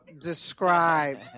describe